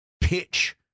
pitch